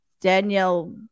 Danielle